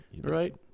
Right